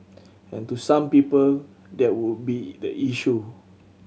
and to some people that would be the issue